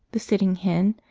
the setting hen,